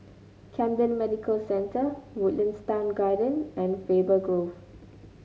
Camden Medical Centre Woodlands Town Garden and Faber Grove